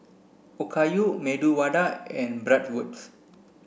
Okayu Medu Vada and Bratwurst